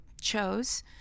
chose